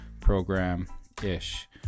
program-ish